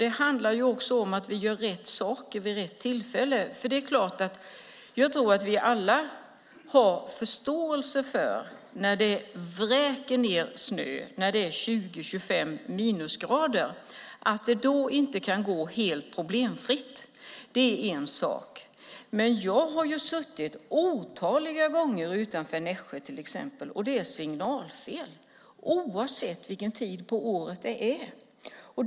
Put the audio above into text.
Det gäller att också göra rätt saker vid rätt tillfälle. När snön vräker ned och det är 20-25 minusgrader tror jag att vi alla har förståelse för att det då inte kan vara helt problemfritt. Det är en sak. Men jag har suttit otaliga gånger utanför Nässjö till exempel när det varit signalfel, oavsett årstid.